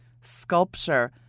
sculpture